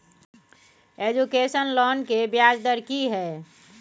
Education loan के ब्याज दर की हय?